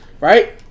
right